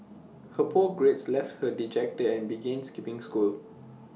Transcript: her poor grades left her dejected and began skipping school